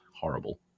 horrible